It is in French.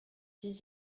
dix